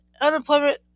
unemployment